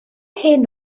hyn